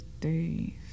three